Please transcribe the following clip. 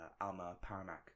Alma-Paramac